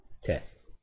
test